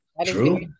True